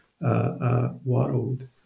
world